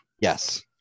Yes